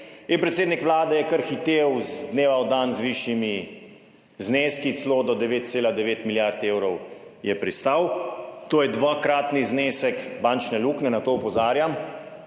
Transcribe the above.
je predsednik Vlade kar hitel iz dneva v dan z višjimi zneski, celo do 9,9 milijard evrov je pristal. To je dvakratni znesek bančne luknje. Na to opozarjam,